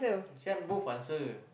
this one both answer